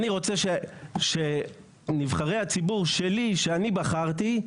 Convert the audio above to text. אני רוצה שנבחרי הציבור שלי שאני בחרתי,